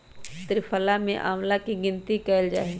त्रिफला में आंवला के गिनती कइल जाहई